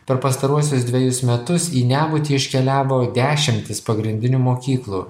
per pastaruosius dvejus metus į nebūtį iškeliavo dešimtys pagrindinių mokyklų